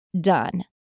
done